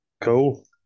Cool